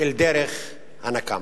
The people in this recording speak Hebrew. אל דרך הנקם.